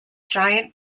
giant